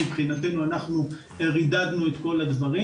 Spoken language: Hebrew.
מבחינתנו אנחנו רידדנו את כל הדברים.